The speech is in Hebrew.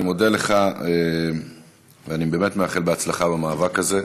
אני מודה לך, ואני באמת מאחל בהצלחה במאבק הזה.